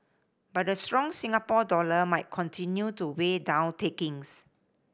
but the strong Singapore dollar might continue to weigh down takings